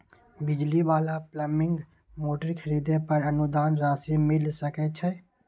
बिजली वाला pumping motor खरीदे पर अनुदान राशि मिल सके छैय?